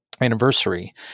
anniversary